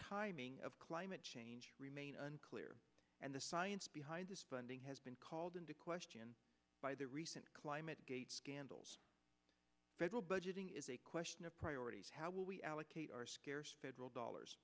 timing of climate change remain unclear and the science behind the bunting has been called into question by the recent climate gate scandals federal budgeting is a question of priorities how we allocate our federal dollars